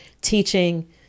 teaching